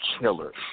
killers